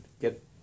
get